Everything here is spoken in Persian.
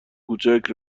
کوچک